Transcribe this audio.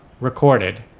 recorded